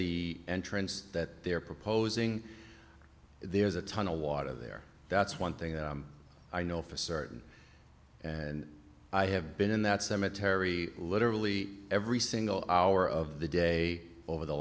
the entrance that they're proposing there's a ton of water there that's one thing that i know for certain and i have been in that cemetery literally every single hour of the day over the